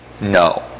no